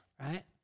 right